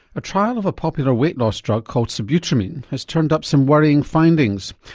a trial of a popular weight loss drug called sibutramine has turned up some worrying findings.